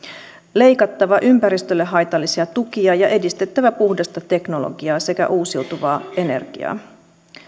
leikattava ympäristölle haitallisia tukia ja edistettävä puhdasta teknologiaa sekä uusiutuvaa energiaa